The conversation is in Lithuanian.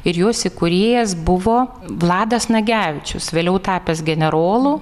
ir jos įkūrėjas buvo vladas nagevičius vėliau tapęs generolu